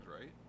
right